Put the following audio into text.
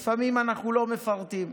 לפעמים אנחנו לא מפרטים,